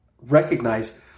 recognize